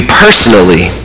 personally